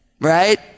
Right